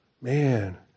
man